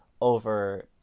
over